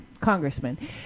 congressman